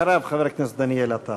אחריו, חבר הכנסת דניאל עטר.